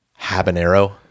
habanero